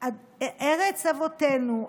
ארץ אבותינו,